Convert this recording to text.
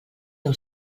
nou